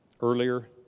earlier